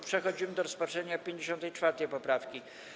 Przechodzimy do rozpatrzenia 54. poprawki.